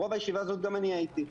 רוב הישיבה הזאת גם אני הייתי,